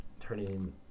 turning